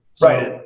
Right